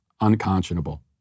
unconscionable